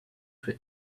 for